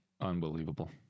Unbelievable